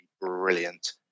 brilliant